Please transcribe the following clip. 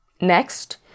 Next